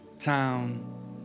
town